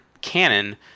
canon